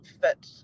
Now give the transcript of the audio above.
fit